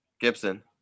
gibson